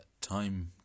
time